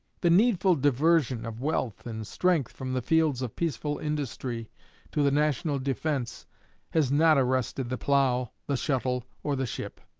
the needful diversion of wealth and strength from the fields of peaceful industry to the national defense has not arrested the plough, the shuttle, or the ship.